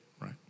right